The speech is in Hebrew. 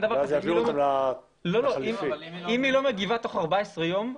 אם היא לא מגיבה תוך 14 ימים,